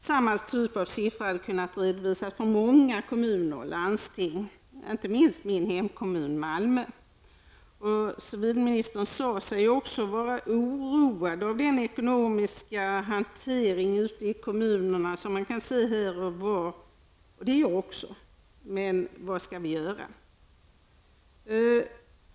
Samma typ av siffror skulle kunna redovisas i många kommuner och landsting, inte minst i min hemkommun Malmö. Civilministern sade sig också vara oroad av den ekonomiska hantering ute i kommunerna som man kan se här och var. Vad skall vi göra?